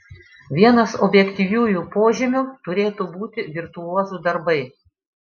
vienas objektyviųjų požymių turėtų būti virtuozų darbai